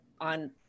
on